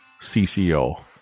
CCO